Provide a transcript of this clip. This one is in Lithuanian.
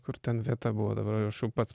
kur ten vieta buvo dabar aš jau pats